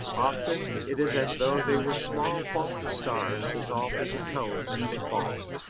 often it is as though they were small falling stars dissolved into tones as they fall.